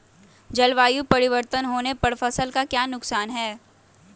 जलवायु परिवर्तन होने पर फसल का क्या नुकसान है?